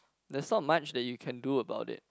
there's not much that you can do about it